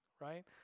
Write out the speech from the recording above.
right